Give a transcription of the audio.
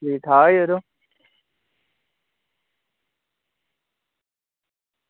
ठीक ठाक यरो